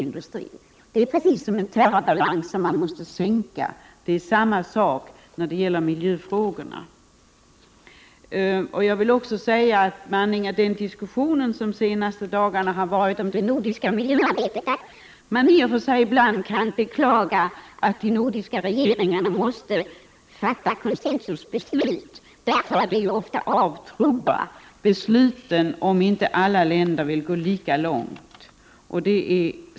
När det gäller miljöfrågorna är det samma förhållande som när man försöker sänka terrorbalansens nivå. Med anledning av den diskussion som under de senaste dagarna har ägt rum om det nordiska miljöarbetet vill jag säga att man i och för sig ibland kan beklaga att de nordiska regeringarna måste fatta konsensusbeslut, eftersom det ofta blir en avtrubbning om inte alla länder vill gå lika långt.